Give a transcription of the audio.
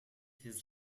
his